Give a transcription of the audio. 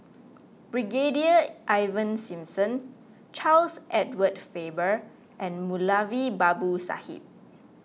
Brigadier Ivan Simson Charles Edward Faber and Moulavi Babu Sahib